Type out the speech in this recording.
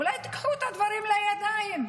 אולי תיקחו את הדברים לידיים?